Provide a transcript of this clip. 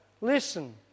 listen